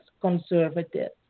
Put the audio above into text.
conservative